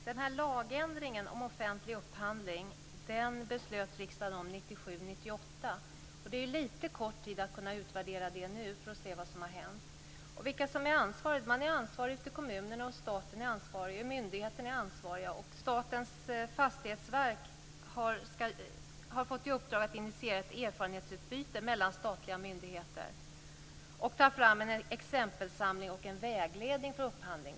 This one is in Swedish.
Fru talman! Lagändringen om offentlig upphandling beslutade riksdagen 1997/98. Det är lite kort tid för att nu kunna utvärdera och se vad som har hänt. Vilka är ansvariga, frågar Ewa Larsson. Man är ansvarig ute i kommunerna, staten är ansvarig, myndigheterna är ansvariga. Statens fastighetsverk har fått i uppdrag att initiera ett erfarenhetsutbyte mellan statliga myndigheter och ta fram en exempelsamling och en vägledning för upphandling.